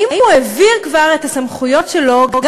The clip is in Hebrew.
אם הוא העביר כבר את הסמכויות שלו גם